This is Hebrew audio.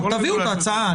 תביאו את ההצעה.